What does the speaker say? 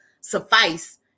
suffice